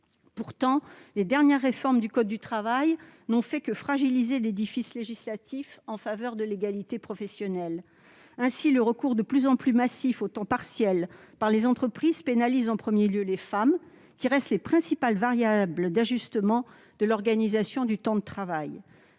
Pourtant, les dernières réformes du code du travail n'ont fait que fragiliser l'édifice législatif en faveur de l'égalité professionnelle. Le recours de plus en plus massif au temps partiel par les entreprises pénalise en premier lieu les femmes, qui restent les principales variables d'ajustement de l'organisation du temps de travail.